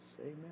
Amen